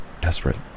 desperate